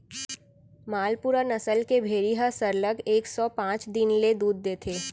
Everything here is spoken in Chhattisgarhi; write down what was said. मालपुरा नसल के भेड़ी ह सरलग एक सौ पॉंच दिन ले दूद देथे